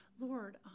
Lord